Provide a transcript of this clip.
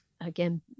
Again